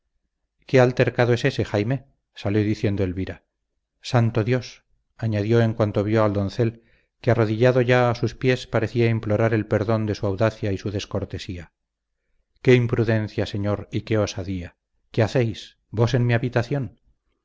qué altercado es ése jaime salió diciendo elvira santo dios añadió en cuanto vio al doncel que arrodillado ya a sus pies parecía implorar el perdón de su audacia y su descortesía qué imprudencia señor y qué osadía qué hacéis vos en mi habitación